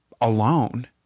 alone